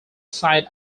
side